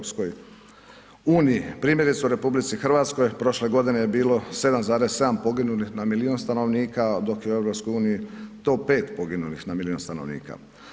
Primjerice u RH u prošloj godini je bilo 7,7 poginulih na milijun stanovnika dok je u EU to 5 poginulih na milijun stanovnika.